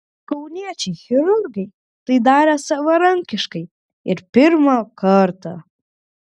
kauniečiai chirurgai tai darė savarankiškai ir pirmą kartą